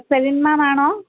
Selene മേമാണോ